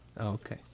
Okay